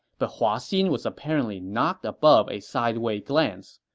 but hua xin was apparently not above a sideway glance.